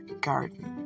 garden